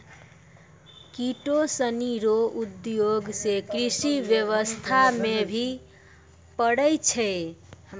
किटो सनी रो उपयोग से कृषि व्यबस्था मे भी पड़ै छै